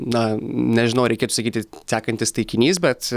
na nežinau ar reikėtų sakyti sekantis taikinys bet